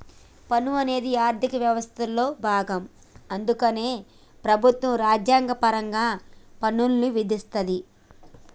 పన్ను అనేది ఆర్థిక వ్యవస్థలో భాగం అందుకే ప్రభుత్వం రాజ్యాంగపరంగా పన్నుల్ని విధిస్తది